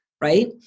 Right